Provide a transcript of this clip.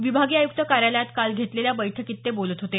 विभागीय आयुक्त कार्यालयात काल घेतलेल्या बैठकीत ते बोलत होते